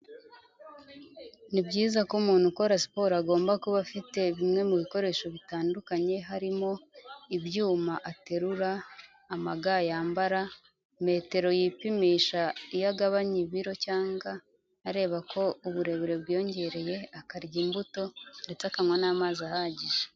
Ni byiza ko umuntu ukora siporo agomba kuba afite bimwe mu bikoresho bitandukanye harimo ibyuma aterura, amaga yambara, metero yipimisha iyo agabanya ibiro cyangwa areba ko uburebure bwiyongereye, akarya imbuto ndetse akanywa n'amazi ahagije.